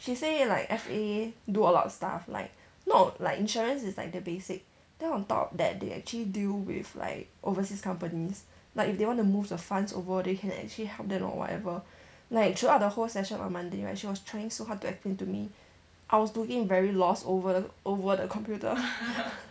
she say like F_A do a lot of stuff like not like insurance is like the basic then on top of that they actually deal with like overseas companies like if they want to move the funds over they can actually help them or whatever like throughout the whole session on monday right she was trying so hard to explain to me I was looking very lost over over the computer